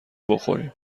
بخوریم